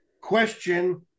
question